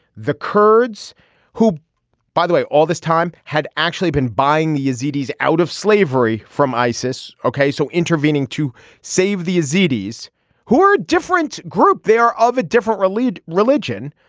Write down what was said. the kurds who by the way all this time had actually been buying the yazidis out of slavery from isis. ok. so intervening to save the yazidis who are a different group they are of a different relieved religion.